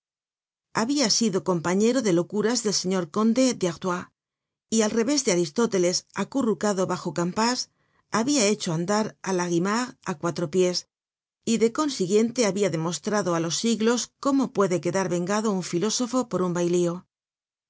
habia sido compañero de locuras del señor conde de artois y al revés de aristóteles acurrucado bajo campaspe habia hecho andar á la guimard á cuatro pies y de consiguiente habia demostrado á los siglos cómo puede quedar vengado un filósofo por un bailío